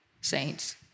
saints